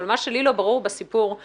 אבל מה שלי לא ברור בסיפור זה